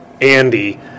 Andy